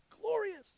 glorious